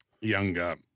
younger